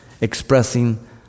expressing